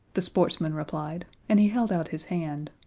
the sportsman replied, and he held out his hand.